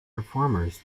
performers